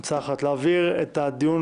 הצעה להעביר את הדיון